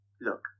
look